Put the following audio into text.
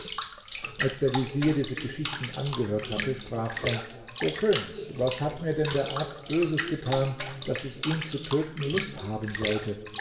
als der vezier diese geschichten angehört hatte sprach er o könig was hat mir denn der arzt böses getan daß ich ihn zu töten lust haben sollte